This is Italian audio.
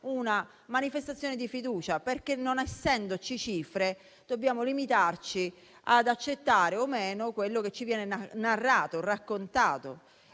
una manifestazione di fiducia, perché, non essendoci cifre, dobbiamo limitarci ad accettare o meno quello che ci viene narrato, raccontato.